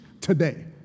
today